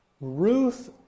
Ruth